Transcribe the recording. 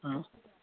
हां